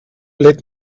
let